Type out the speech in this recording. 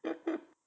it